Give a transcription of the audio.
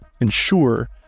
ensure